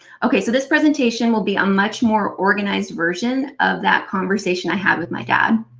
okay, so this presentation will be on much more organised version of that conversation i had with my dad.